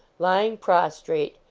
lying prostrate,